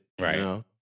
Right